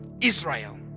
Israel